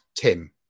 Tim